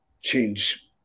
change